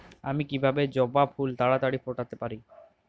আমি কিভাবে জবা ফুল তাড়াতাড়ি ফোটাতে পারি?